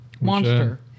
Monster